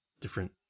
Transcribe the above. different